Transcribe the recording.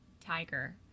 tiger